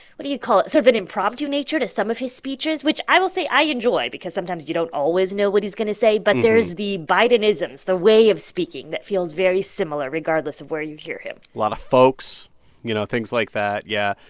what do you call it? sort of an impromptu nature to some of his speeches, which i will say i enjoy because sometimes you don't always know what he's going to say. but there's the bidenisms, the way of speaking that feels very similar regardless of where you hear him a lot of folks you know, things like that. yeah.